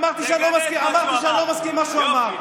אמרתי שאני לא מסכים עם מה שהוא אמר.